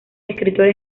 escritora